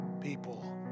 people